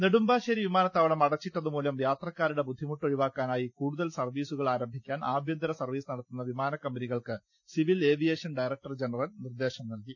നെടുമ്പാശേരി വിമാനത്താവളം അടച്ചിട്ടതുമൂലം യാത്രക്കാരുടെ ബുദ്ധിമുട്ട് ഒഴിവാക്കാനായി കൂടുതൽ സർവീസുകൾ ആരംഭിക്കാൻ ആഭ്യ ന്തര സർവീസ് നടത്തുന്ന വിമാനക്കമ്പനികൾക്ക് സിവിൽ ഏവിയേഷൻ ഡയറക്ടർ ജനറൽ നിർദ്ദേശം നൽകി